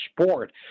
sport